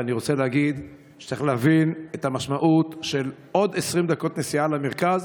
ואני רוצה להגיד שצריך להבין את המשמעות של עוד 20 דקות נסיעה למרכז.